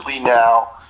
now